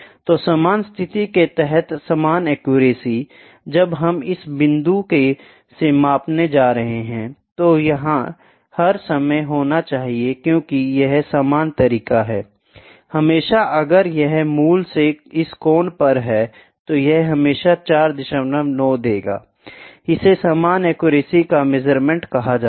तो समान स्थिति के तहत समान एक्यूरेसी जब हम इस बिंदु से मापने जा रहे हैं तो यह हर समय होना चाहिए क्योंकि यह समान तरीका है हमेशा अगर यह मूल से इस कोण पर है तो यह हमेशा 49 देगा इसे समान एक्यूरेसी का मेजरमेंट कहा जाता है